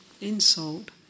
insult